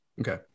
Okay